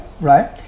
Right